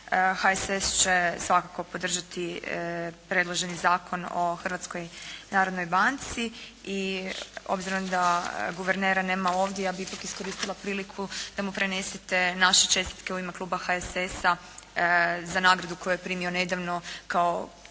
HSS će svakako podržati predloženi Zakon o Hrvatskoj narodnoj banci i obzirom da guvernera nema ovdje, ja bih ipak iskoristila priliku da mu prenesete naše čestitke u ime kluba HSS-a za nagradu koju je primio nedavno kao komunikator